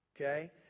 Okay